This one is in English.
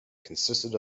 consisted